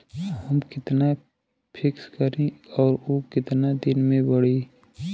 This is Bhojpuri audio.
हम कितना फिक्स करी और ऊ कितना दिन में बड़ी?